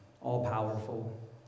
all-powerful